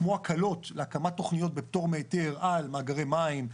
כמו הקלות להקמת תוכניות בפטור מהיתר על מאגרי מים,